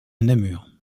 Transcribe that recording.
namur